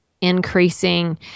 increasing